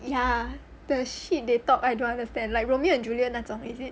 ya the shit they talk I don't understand like romeo and juliet 那种 is it